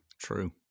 True